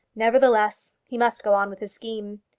nevertheless, he must go on with his scheme.